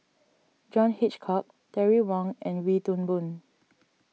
John Hitchcock Terry Wong and Wee Toon Boon